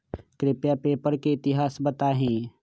कृपया पेपर के इतिहास बताहीं